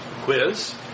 Quiz